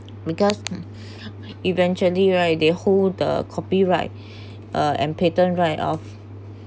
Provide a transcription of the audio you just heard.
because eventually right they hold the copyright uh and patent right off